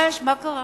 מה יש, מה קרה?